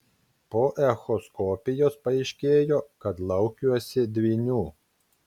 po echoskopijos paaiškėjo kad laukiuosi dvynių